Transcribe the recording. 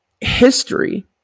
history